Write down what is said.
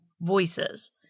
voices